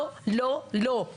לא, לא, לא.